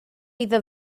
iddo